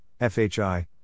FHI